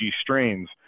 strains